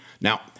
Now